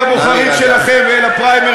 אתם לא מסתכלים על הבוחרים שלכם ואל הפריימריז?